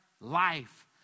life